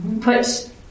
put